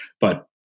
but-